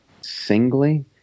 singly